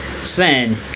Sven